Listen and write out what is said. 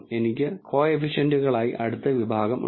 എനിക്ക് കോഎഫിഷിയെന്റുകളായി അടുത്ത വിഭാഗം ഉണ്ട്